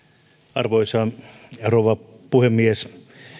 arvoisa rouva puhemies